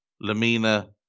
Lamina